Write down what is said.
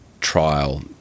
trial